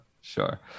sure